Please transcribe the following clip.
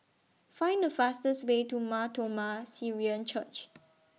Find The fastest Way to Mar Thoma Syrian Church